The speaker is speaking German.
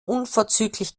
unverzüglich